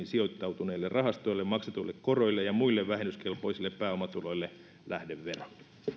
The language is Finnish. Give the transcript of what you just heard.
sijoittautuneille rahastoille maksetuille koroille ja muille vähennyskelpoisille pääomatuloille lähdevero